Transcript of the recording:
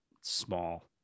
small